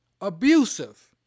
abusive